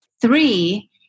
three